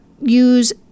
use